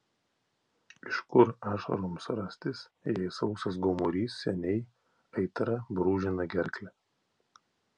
iš kur ašaroms rastis jei sausas gomurys seniai aitra brūžina gerklę